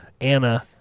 Anna